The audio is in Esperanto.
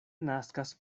naskas